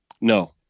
no